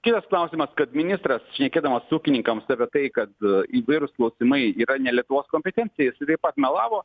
kitas klausimas kad ministras šnekėdamas ūkininkams apie tai kad įvairūs klausimai yra ne lietuvos kompetencija jisai taip pat melavo